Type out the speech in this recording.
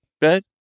bed